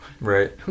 Right